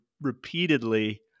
repeatedly